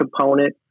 component